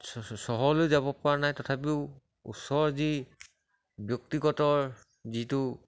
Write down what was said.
চহৰলৈ যাবপৰা নাই তথাপিও ওচৰৰ যি ব্যক্তিগত যিটো